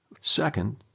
Second